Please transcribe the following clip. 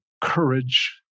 courage